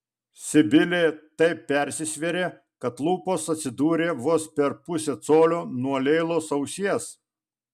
sibilė taip persisvėrė kad lūpos atsidūrė vos per pusę colio nuo leilos ausies